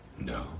No